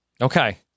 okay